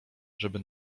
żeby